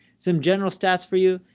some general stats for you.